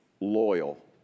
loyal